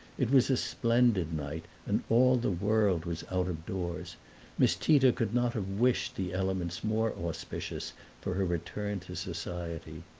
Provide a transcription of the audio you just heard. it was a splendid night and all the world was out-of-doors miss tita could not have wished the elements more auspicious for her return to society.